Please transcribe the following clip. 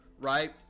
right